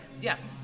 Yes